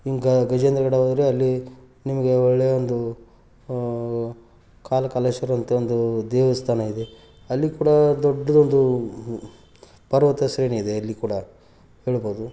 ಗ ಗಜೇಂದ್ರ ಗಡ ಹೋದ್ರೆ ಅಲ್ಲಿ ನಿಮಗೆ ಒಳ್ಳೆಯ ಒಂದು ಕಾಲ ಕಾಲೇಶ್ವರ ಅಂತ ಒಂದು ದೇವಸ್ಥಾನ ಇದೆ ಅಲ್ಲಿ ಕೂಡ ದೊಡ್ಡದು ಒಂದು ಪರ್ವತ ಶ್ರೇಣಿ ಇದೆ ಅಲ್ಲಿ ಕೂಡ ಹೇಳ್ಬೌದು